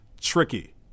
tricky